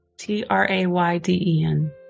T-R-A-Y-D-E-N